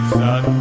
son